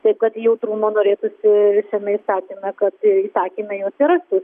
taip kad jautrumo norėtųsi jau seniai sakėme kad įsakyme jų atsirastų